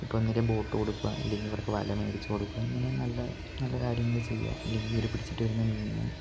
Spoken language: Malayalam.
ഇപ്പോള് ഒന്നുമില്ലെങ്കില് ബോട്ട് കൊടുക്കുക അല്ലെങ്കില് ഇവർക്ക് വല മേടിച്ച് കൊടുക്കുക ഇങ്ങനെ നല്ല നല്ല കാര്യങ്ങള് ചെയ്യുക അല്ലെങ്കില് ഇവര് പിടിച്ചിട്ട് വരുന്ന മീനിന്